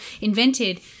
invented